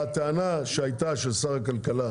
הטענה שהייתה של שר הכלכלה,